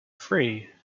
three